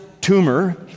tumor